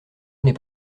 n’est